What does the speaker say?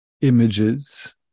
images